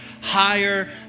higher